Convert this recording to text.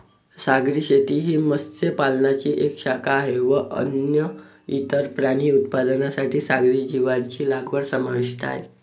सागरी शेती ही मत्स्य पालनाची एक शाखा आहे व अन्न, इतर प्राणी उत्पादनांसाठी सागरी जीवांची लागवड समाविष्ट आहे